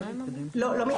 לא.